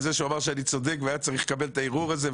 על זה שהוא אומר שאני צודק והיה צריך לקבל את הערעור הזה,